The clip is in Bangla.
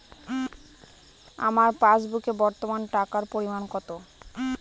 আমার পাসবুকে বর্তমান টাকার পরিমাণ কত?